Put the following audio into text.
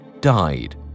died